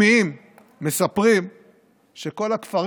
רועה, באישור,